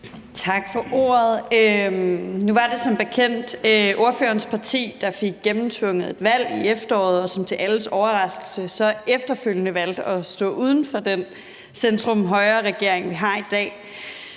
Tak for ordet. Nu var det som bekendt ordførerens parti, der fik gennemtvunget et valg i efteråret, og som til alles overraskelse efterfølgende valgte at stå uden for den centrum-højre-regering, vi har i dag.